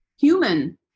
human